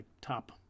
top